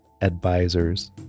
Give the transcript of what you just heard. advisors